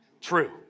true